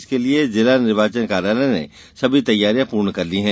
इसके लिये जिला निर्वाचन कार्यालय ने सभी तैयारियां पूरी कर ली है